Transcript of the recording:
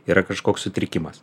yra kažkoks sutrikimas